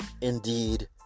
indeed